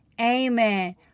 amen